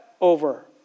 over